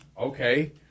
Okay